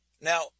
Now